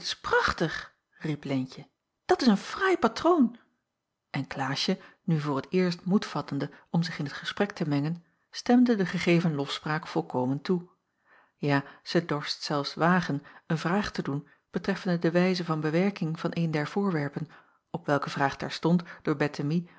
prachtig riep leentje dat is een fraai patroon en klaasje nu voor t eerst moed vattende om zich in t gesprek te mengen stemde de gegeven lofspraak volkomen toe ja zij dorst zelfs wagen een vraag te doen betreffende de wijze van bewerking van een der voorwerpen op welke vraag terstond door